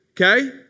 okay